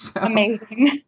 Amazing